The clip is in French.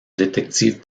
détective